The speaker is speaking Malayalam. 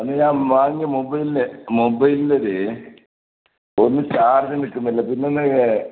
അന്ന് ഞാൻ വാങ്ങിയ മൊബൈലിന് മൊബൈലിലൊരു ഒന്ന് ചാർജ് നിൽക്കുന്നില്ല പിന്നൊന്ന്